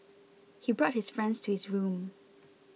he brought his friends to his room